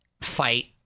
fight